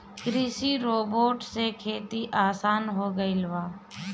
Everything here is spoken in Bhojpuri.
कृषि रोबोट से खेती आसान हो गइल बा